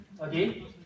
okay